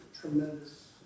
tremendous